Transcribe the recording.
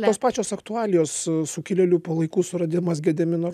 tos pačios aktualijos sukilėlių palaikų suradimas gedimino